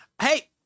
Hey